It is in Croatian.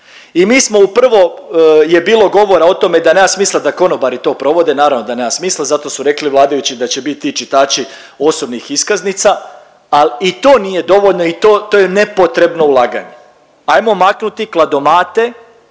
I mi smo u prvo je bilo govora o tome da nema smisla da konobari to provode. Naravno da nema smisla, zato su rekli vladajući da će biti ti čitači osobnih iskaznica, ali i to nije dovoljno i to je nepotrebno ulaganje. Hajmo maknuti kladomate